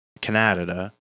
Canada